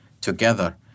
together